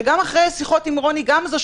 שגם אחרי שיחות עם רוני גמזו,